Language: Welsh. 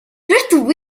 rydw